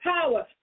power